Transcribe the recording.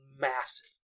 massive